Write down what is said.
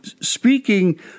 speaking